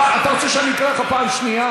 אתה רוצה שאני אקרא אותך פעם שנייה?